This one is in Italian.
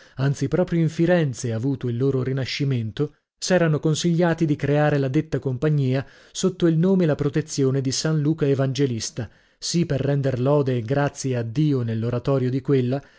anzi proprio in firenze avuto il loro rinascimento s'erano consigliati di creare la detta compagnia sotto il nome e la protezione di san luca evangelista sì per render lode e grazie a dio nell'oratorio di quella